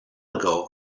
ago